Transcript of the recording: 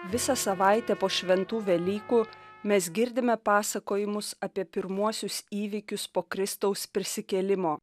visą savaitę po šventų velykų mes girdime pasakojimus apie pirmuosius įvykius po kristaus prisikėlimo